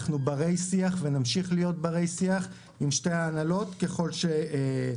אנחנו ברי שיח ונמשיך להיות ברי שיח עם שתי ההנהלות ככל שיידרש.